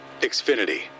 Xfinity